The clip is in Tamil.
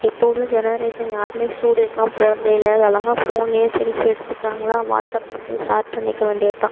இப்போது உள்ள ஜெனரேஷன் யாரும் ஸ்டூடியோக்கெல்லாம் போகிறதே இல்லை அழகாக ஃபோன்லேயே செல்ஃபி எடுத்துக்கிறாங்களா வாட்ஸ்அப்பில் அப்படியே ஷேர் பண்ணிக்க வேண்டியதுதான்